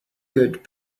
good